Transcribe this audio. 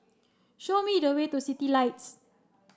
show me the way to Citylights